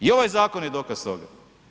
I ovaj zakon je dokaz tome.